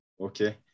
Okay